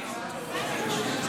שחרר.